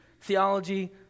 Theology